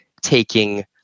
taking